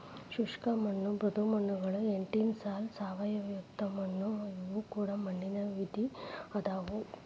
ಶುಷ್ಕ ಮಣ್ಣು ಮೃದು ಮಣ್ಣುಗಳು ಎಂಟಿಸಾಲ್ ಸಾವಯವಯುಕ್ತ ಮಣ್ಣು ಇವು ಕೂಡ ಮಣ್ಣಿನ ವಿಧ ಅದಾವು